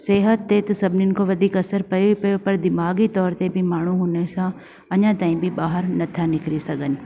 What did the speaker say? सिहत ते त सभिनीनि खां वधीक असरु पए पयो पर दिमाग़ी तौर ते बि माण्हू हुन सां अञा ताईं बि बाहिरि नथा निकरी सघनि